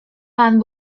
pan